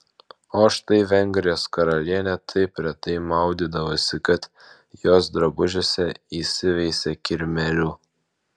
o štai vengrijos karalienė taip retai maudydavosi kad jos drabužiuose įsiveisė kirmėlių